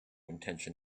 intention